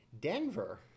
Denver